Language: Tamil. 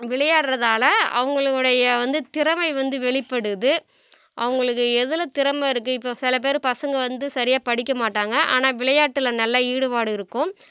விளையாடுகிறதால அவங்குளுடைய வந்து திறமை வந்து வெளிப்படுது அவங்களுக்கு எதில் திறமை இருக்குது இப்போ சில பேரு பசங்க வந்து சரியாக படிக்க மாட்டாங்க ஆனால் விளையாட்டில் நல்ல ஈடுபாடு இருக்கும்